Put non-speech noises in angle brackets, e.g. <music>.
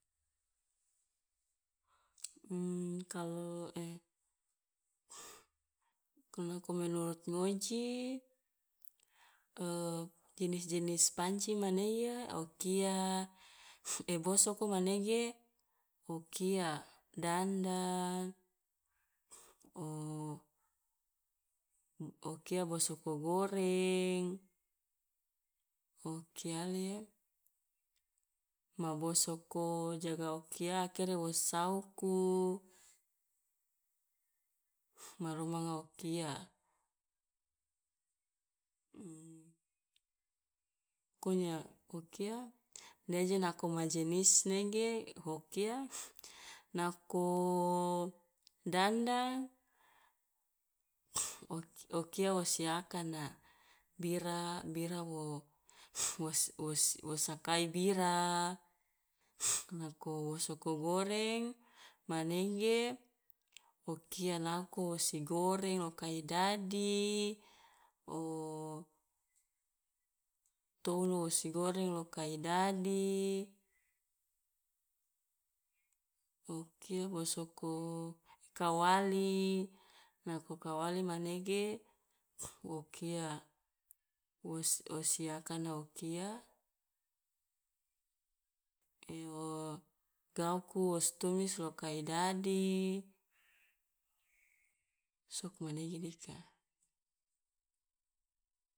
<noise> <hesitation> kalo <hesitation> <noise> kalu nako menurut ngoji <hesitation> jenis jenis panci manege o kia <noise> e bosoko manege o kia dandang, <noise> <hesitation> o kia bosoko goreng, o kiali e ma bosoko jaga o kia akere wo sauku, ma romanga o kia <hesitation> pokonya o kia ne je nako nga jenis nege ho kia <noise> nako dandang <noise> o ki- o kia wo si akana bira, bira wo <noise> wos- wos- wos sakai bira, <noise> nako bosoko goreng manege o kia naoko wosi goreng loka i dadi <hesitation> tounu wosi goreng loka i dadi o kia bosoko kawali, nako kawali manege <noise> wo kia wos wosi akana o kia <hesitation> gauku wo si tumis loka i dadi, sugmanege dika.